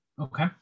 Okay